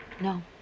No